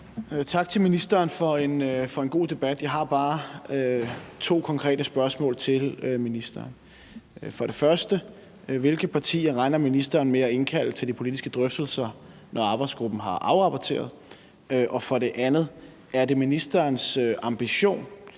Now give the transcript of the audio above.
Tak til ministeren for en god debat. Jeg har bare to konkrete spørgsmål til ministeren. For det første: Hvilke partier regner ministeren med at indkalde til de politiske drøftelser, når arbejdsgruppen har afrapporteret? Og for det andet: Er det ministerens ambition,